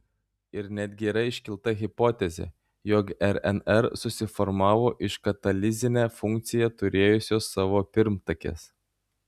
ir netgi yra iškelta hipotezė jog rnr susiformavo iš katalizinę funkciją turėjusios savo pirmtakės